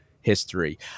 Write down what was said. history